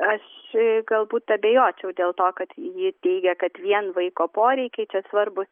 aš galbūt abejočiau dėl to kad ji teigia kad vien vaiko poreikiai čia svarbūs